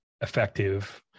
effective